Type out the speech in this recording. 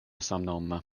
samnoma